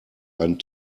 einen